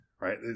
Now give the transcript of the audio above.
right